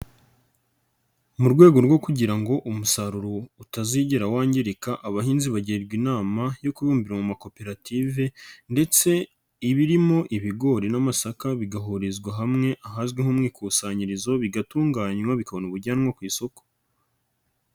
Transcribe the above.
Mu rwego rwo kugira ngo umusaruro utazigera wangirika, abahinzi bagirwa inama yo kwibumbira mu makoperative ndetse ibirimo ibigori n'amasaka bigahurizwa hamwe ahazwi nko mu ikusanyirizo bigatunganywa, bikabona ubujyanwa ku isoko.